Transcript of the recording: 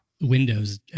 Windows